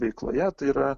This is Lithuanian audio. veikloje tai yra